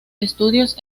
estudios